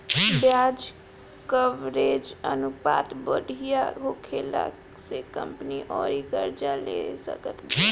ब्याज कवरेज अनुपात बढ़िया होखला से कंपनी अउरी कर्जा ले सकत बिया